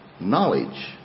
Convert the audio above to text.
knowledge